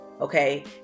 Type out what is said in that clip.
okay